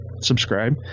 subscribe